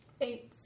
eight